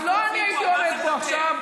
אז לא אני הייתי עומד פה עכשיו.